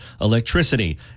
electricity